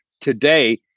today